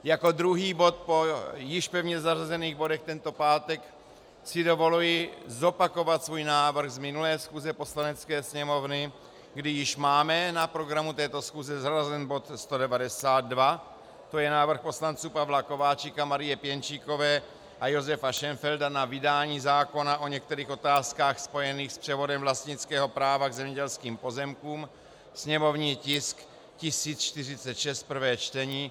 Jako druhý bod po již pevně zařazených bodech tento pátek si dovoluji zopakovat svůj návrh z minulé schůze Poslanecké sněmovny, kdy již máme na programu této schůze zařazen bod 192, to je návrh poslanců Pavla Kováčika, Marie Pěnčíkové a Josefa Šenfelda na vydání zákona o některých otázkách spojených s převodem vlastnického práva k zemědělským pozemkům, sněmovní tisk 1046, prvé čtení.